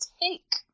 take